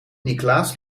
niklaas